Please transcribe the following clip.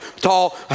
tall